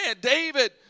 David